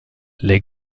les